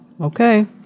Okay